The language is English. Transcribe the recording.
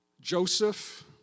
Joseph